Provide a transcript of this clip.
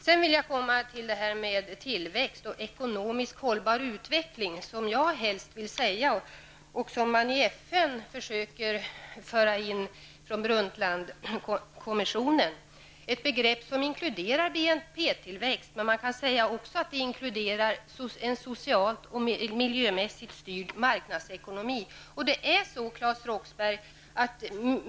Sedan kommer jag till frågan om tillväxt och ekonomiskt hållbar utveckling, något som jag vill framhålla och som man i FN försöker att föra fram från Brundtlandkommissionen. Detta begrepp inkluderar BNP-tillväxt, men man kan också säga att det inkluderar en socialt och miljömässigt styrd marknadsekonomi.